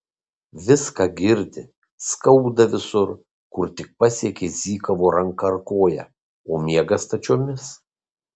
viską girdi skauda visur kur tik pasiekė zykovo ranka ar koja o miega stačiomis